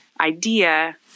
idea